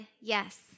yes